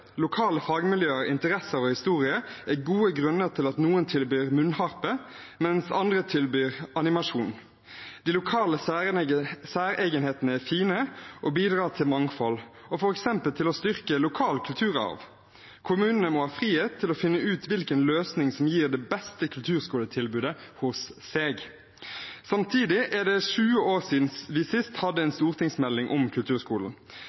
Lokale fagmiljøer, interesser og historie er gode grunner til at noen tilbyr munnharpe, mens andre tilbyr animasjon. De lokale særegenhetene er fine og bidrar til mangfold og til f.eks. å styrke lokal kulturarv. Kommunene må ha frihet til å finne ut hvilken løsning som gir det beste kulturskoletilbudet hos seg. Samtidig er det 20 år siden vi sist hadde en stortingsmelding om kulturskolen.